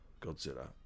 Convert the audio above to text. Godzilla